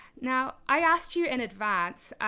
now, i asked you in advance,